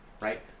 right